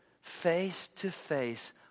face-to-face